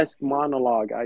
monologue